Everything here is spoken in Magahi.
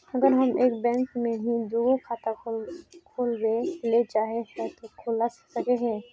अगर हम एक बैंक में ही दुगो खाता खोलबे ले चाहे है ते खोला सके हिये?